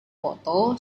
foto